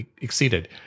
exceeded